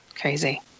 Crazy